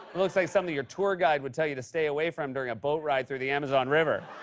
looks like something your tour guide would tell you to stay away from during a boat ride through the amazon river.